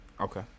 Okay